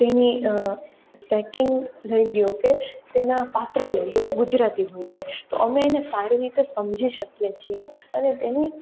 તેની સેટિંગ લઈ લો કે તેના પાત્રો લઈ લો એ ગુજરાતી હોય છે અમે એને સારી રીતે સમજી શકીએ છીએ અને તેની